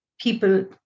people